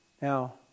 Now